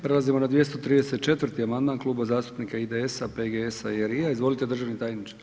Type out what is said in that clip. Prelazimo na 234. amandman Kluba zastupnika IDS-a, PGS-a i RI-ja, izvolite državni tajniče.